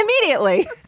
Immediately